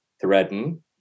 threaten